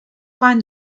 find